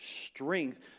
strength